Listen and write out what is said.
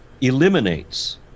eliminates